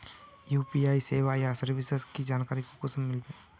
UPI सेवाएँ या services की जानकारी कुंसम मिलबे?